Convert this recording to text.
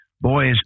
Boys